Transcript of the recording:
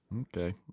Okay